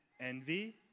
envy